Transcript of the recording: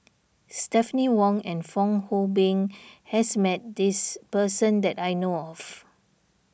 Stephanie Wong and Fong Hoe Beng has met this person that I know of